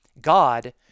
god